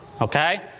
okay